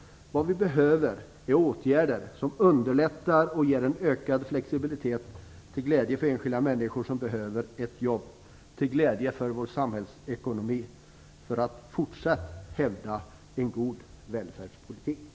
Vad vi behöver är åtgärder som underlättar och ger ökad flexibilitet - till glädje för enskilda människor som behöver ett jobb och till glädje för vår samhällsekonomi - just för att fortsatt hävda en god välfärdspolitik.